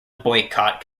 boycott